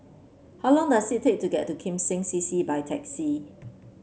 how long does it take to get to Kim Seng C C by taxi